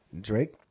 Drake